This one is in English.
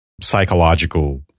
psychological